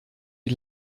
die